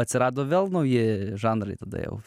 atsirado vėl nauji žanrai tada jau